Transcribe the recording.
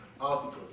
articles